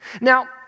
Now